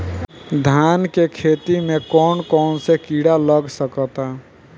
धान के खेती में कौन कौन से किड़ा लग सकता?